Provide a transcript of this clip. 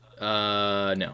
No